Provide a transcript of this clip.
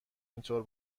اینطور